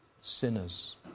Sinners